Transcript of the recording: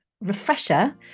refresher